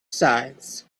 sides